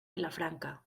vilafranca